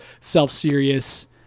self-serious